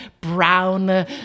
brown